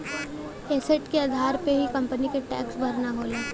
asset के आधार पे ही कंपनी के टैक्स भरना होला